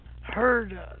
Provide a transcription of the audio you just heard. Heard